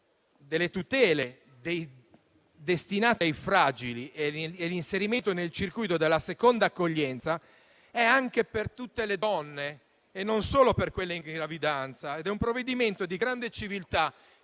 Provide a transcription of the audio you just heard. delle tutele destinate ai fragili e l'inserimento nel circuito della seconda accoglienza è per tutte le donne e non solo per quelle in gravidanza. Si tratta di un provvedimento di grande civiltà